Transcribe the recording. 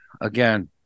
again